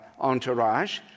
entourage